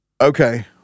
Okay